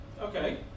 Okay